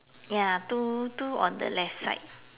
ya two two on the left side